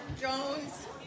Jones